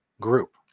group